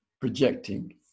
projecting